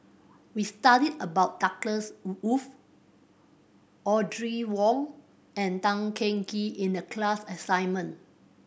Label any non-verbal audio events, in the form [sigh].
we studied about Douglas [unintelligible] Audrey Wong and Tan Teng Kee in the class assignment